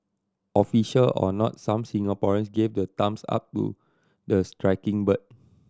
official or not some Singaporeans gave the thumbs up to the striking bird